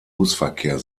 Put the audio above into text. busverkehr